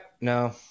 no